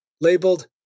labeled